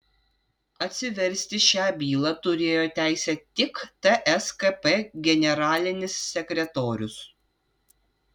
atsiversti šią bylą turėjo teisę tik tskp generalinis sekretorius